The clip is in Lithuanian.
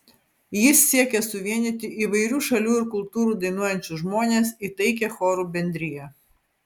jis siekė suvienyti įvairių šalių ir kultūrų dainuojančius žmones į taikią chorų bendriją